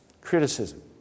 criticism